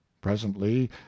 presently